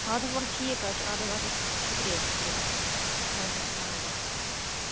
اَدٕ حظ وَلہٕ حظ ٹھیٖک حظ چھِ اَدٕ حظ اَدٕ حظ شُکریہ شُکریہ اَدٕ حظ السلام علیکُم